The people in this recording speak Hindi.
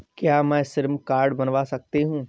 क्या मैं श्रम कार्ड बनवा सकती हूँ?